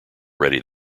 ready